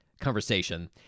conversation